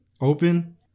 open